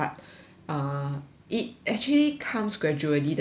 err it actually comes gradually 的 leh 就是